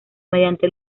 mediante